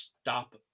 stop